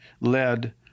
led